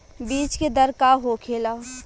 बीज के दर का होखेला?